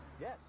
Yes